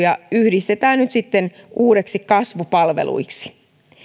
ja työllisyyspalvelut yhdistetään nyt sitten uusiksi kasvupalveluiksi